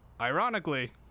ironically